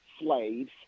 slaves